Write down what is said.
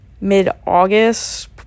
mid-August